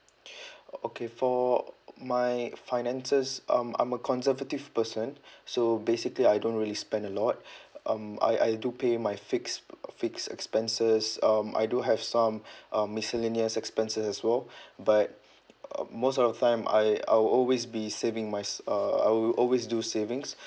okay for my finances um I'm a conservative person so basically I don't really spend a lot um I I do pay my fixed uh fixed expenses um I do have some um miscellaneous expenses as well but uh most of the time I I will always be saving my s~ uh I will always do savings